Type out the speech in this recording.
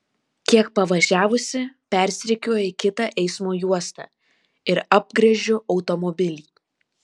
kiek pavažiavusi persirikiuoju į kitą eismo juostą ir apgręžiu automobilį